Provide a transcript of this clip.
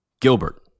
Gilbert